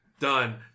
Done